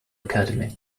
academy